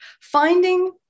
finding